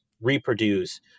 reproduce